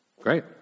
Great